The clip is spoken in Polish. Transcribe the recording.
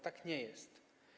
Tak nie jest.